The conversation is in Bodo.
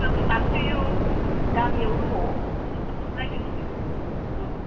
आलदा लानोसै औ गामियाव दंङ नायगोरनोसै औ